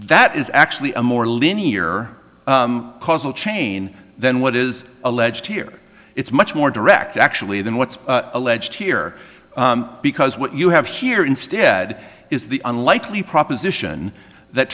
that is actually a more linear causal chain than what is alleged here it's much more direct actually than what's alleged here because what you have here instead is the unlikely proposition that